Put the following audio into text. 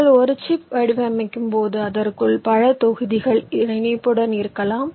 நீங்கள் ஒரு சிப் வடிவமைக்கும்போது அதற்குள் பல தொகுதிகள் இணைப்புடன் இருக்கலாம்